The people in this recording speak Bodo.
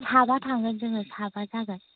साबा थांगोन जोङो साबा जागोन